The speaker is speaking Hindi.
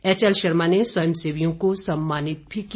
एच एल शर्मा ने स्वयंसेवियों को सम्मानित भी किया